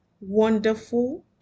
wonderful